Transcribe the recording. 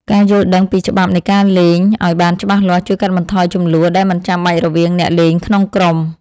ការយល់ដឹងពីច្បាប់នៃការលេងឱ្យបានច្បាស់លាស់ជួយកាត់បន្ថយជម្លោះដែលមិនចាំបាច់រវាងអ្នកលេងក្នុងក្រុម។